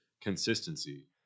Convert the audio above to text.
consistency